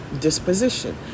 disposition